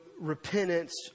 Repentance